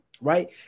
right